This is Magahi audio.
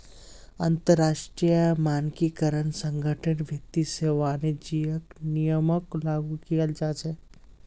अंतरराष्ट्रीय मानकीकरण संगठनेर भीति से वाणिज्यिक नियमक लागू कियाल जा छे